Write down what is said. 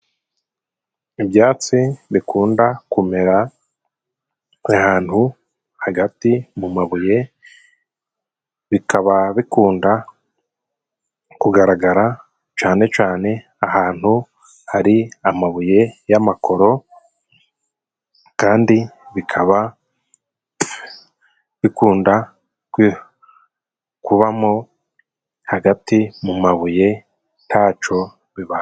Ibyatsi bikunda kumera ahantu hagati mu mabuye bikaba bikunda kugaragara cane cane ahantu hari amabuye y'amakoro kandi bikaba bikunda kubamo hagati mu mabuye taco bibabaho.